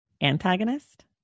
Antagonist